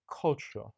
culture